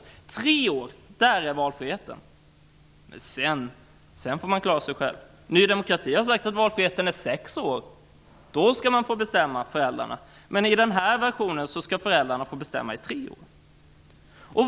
I tre år skall föräldrarna ha valfrihet, men sedan får de klara sig själva. Ny demokrati har sagt att valfriheten skall vara i sex år, då föräldrarna får bestämma.